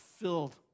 filled